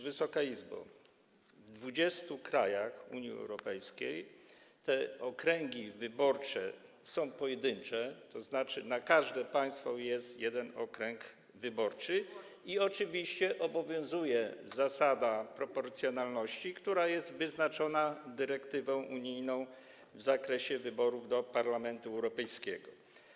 Wysoka Izbo, w 20 krajach Unii Europejskiej te okręgi wyborcze są pojedyncze, tzn. na każde państwo przypada jeden okręg wyborczy, i oczywiście obowiązuje zasada proporcjonalności, która jest wyznaczona dyrektywą unijną w zakresie wyborów do Parlamentu Europejskiego.